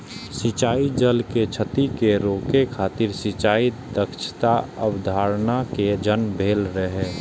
सिंचाइ जल के क्षति कें रोकै खातिर सिंचाइ दक्षताक अवधारणा के जन्म भेल रहै